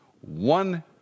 One